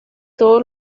todo